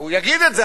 הוא יגיד את זה,